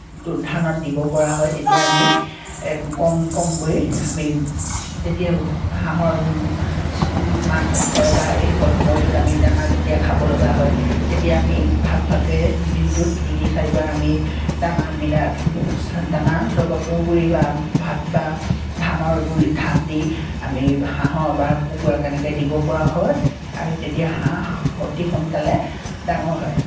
ধানত দিব পৰা হয় তেতিয়া আমি কম কমকৈ আমি যেতিয়া হাঁহৰ মাত হয় বা এই সময়টোত আমি দানা যেতিয়া খাব লগা হয় তেতিয়া আমি ভাগ ভাগকৈ দিনটোত তিনি চাৰিবাৰ আমি দানা মিলাই দানাৰ লগত তুঁহগুড়ি বা ভাত বা ধানৰ গুড়ি ধান দি আমি হাঁহৰ বা কুকুৰাক এনেকৈ দিব পৰা হয় আৰু তেতিয়া হাঁহ অতি সোনকালে ডাঙৰ হয়